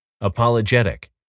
apologetic